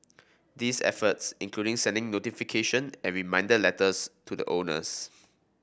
these efforts include sending notification and reminder letters to the owners